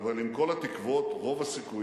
אבל עם כל התקוות, רוב הסיכויים